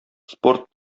спорт